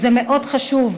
וזה מאוד חשוב,